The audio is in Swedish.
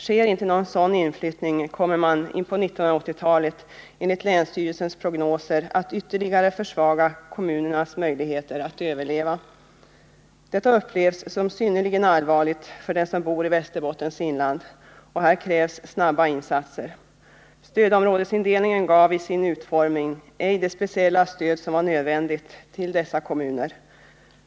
Sker inte någon sådan inflyttning kommer man in på 1980-talet enligt länsstyrelsens prognoser att ytterligare försvaga kommunernas möjligheter att överleva. Detta upplevs som synnerligen allvarligt för dem som bor i Västerbottens inland, och här krävs snabba insatser. Stödområdesindelningen gav i sin utformning ej det speciella stöd som var nödvändigt till dessa kommuner.